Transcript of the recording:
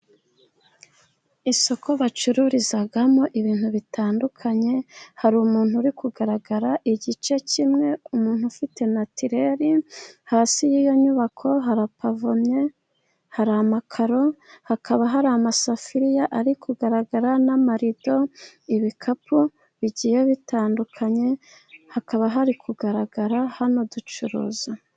Isoko bacururizamo ibintu bitandukanye, hari umuntu uri kugaragara igice kimwe umuntu ufite natireri. Hasi y'iyo nyubako harapavomye hari amakaro, hakaba hari amasafuriya ari kugaragara n'amarido ibikapu bigiye bitandukanye, hakaba hari kugaragara hano ducuruza.